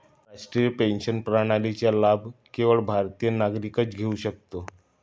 राष्ट्रीय पेन्शन प्रणालीचा लाभ केवळ भारतीय नागरिकच घेऊ शकतो